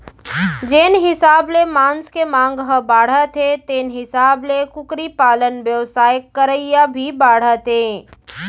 जेन हिसाब ले मांस के मांग ह बाढ़त हे तेन हिसाब ले कुकरी पालन बेवसाय करइया भी बाढ़त हें